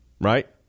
right